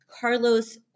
Carlos